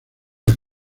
las